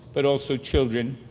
but also children,